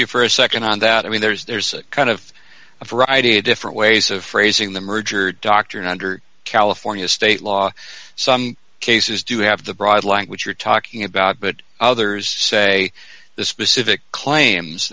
you for a nd and that i mean there's there's kind of a variety of different ways of phrasing the merger doctrine under california state law some cases do have the broad language you're talking about but others say the specific claims